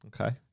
Okay